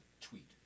tweet